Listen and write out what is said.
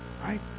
right